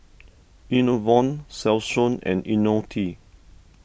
Enervon Selsun and Ionil T